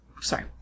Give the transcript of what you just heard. Sorry